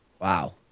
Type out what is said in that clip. Wow